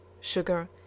sugar